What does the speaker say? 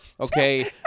Okay